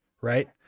right